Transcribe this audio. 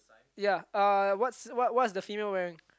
ya uh what's what what's the female wearing